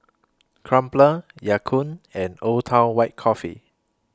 Crumpler Ya Kun and Old Town White Coffee